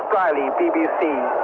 briely, bbc, yeah